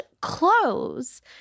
clothes